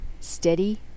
steady